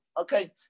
Okay